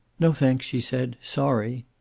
no, thanks, she said. sorry.